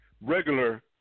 regular